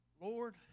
Lord